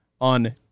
on